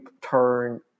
turn